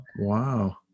Wow